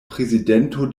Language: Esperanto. prezidento